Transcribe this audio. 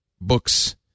books